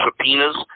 subpoenas